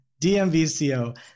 DMVCO